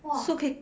!wah!